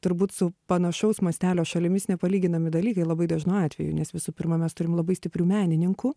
turbūt su panašaus mastelio šalimis nepalyginami dalykai labai dažnu atveju nes visų pirma mes turim labai stiprių menininkų